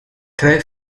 tre